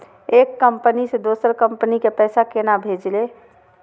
एक कंपनी से दोसर कंपनी के पैसा केना भेजये?